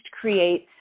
creates